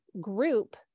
group